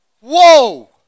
Whoa